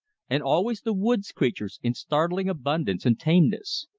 and always the woods creatures, in startling abundance and tameness.